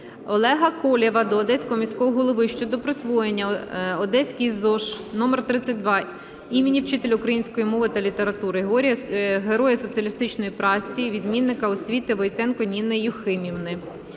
Олега Колєва до Одеського міського голови щодо присвоєння Одеській ЗОШ № 32 імені вчителя української мови та літератури, Героя Соціалістичної праці, Відмінника Освіти - Войтенко Ніни Юхимівни